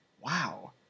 Wow